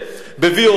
ב-VOD,